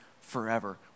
forever